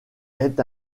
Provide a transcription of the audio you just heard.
est